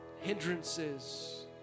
hindrances